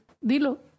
Dilo